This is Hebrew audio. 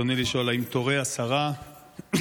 ברצוני לשאול: האם תורה השרה בדחיפות